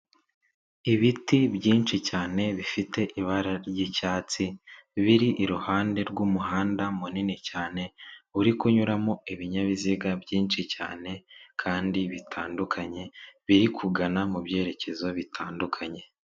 Ibiti byinshi cyane bifite ibara ry'icyatsi, biri iruhande rw'umuhanda munini cyane, uri kunyuramo ibinyabiziga byinshi cyane kandi bitandukanye biri kugana mu byerekezo bitandukanye.